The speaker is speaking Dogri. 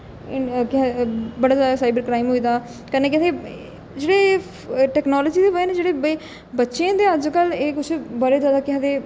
केह् आखदे बड़ा ज्यादा साइबर क्राइम होई गेदा कन्नै केह् आखदे जेह्ड़े टैक्नोलाजी दी बजह कन्नै जेह्ड़े बच्चे होंदे अज्जकल ऐ एह् कुछ बड़े ज्यादा केह् आखदे